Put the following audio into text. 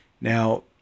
Now